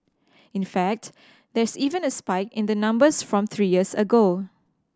in fact there's even a spike in the numbers from three years ago